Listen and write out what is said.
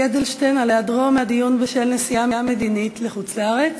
אדלשטיין על היעדרו מהדיון בשל נסיעה מדינית לחוץ-לארץ.